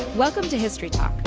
welcome to history talk,